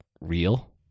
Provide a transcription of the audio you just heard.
real